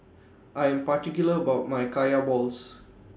I Am particular about My Kaya Balls